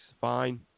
fine